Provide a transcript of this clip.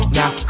now